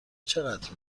چقدر